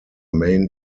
main